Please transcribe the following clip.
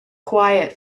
quiet